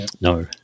no